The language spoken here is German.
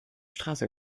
straße